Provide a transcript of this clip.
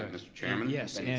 um mr. chairman? yes,